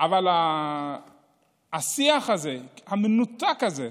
אבל השיח המנותק הזה,